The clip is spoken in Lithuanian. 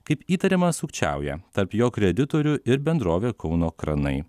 kaip įtariama sukčiauja tarp jo kreditorių ir bendrovė kauno kranai